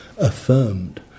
affirmed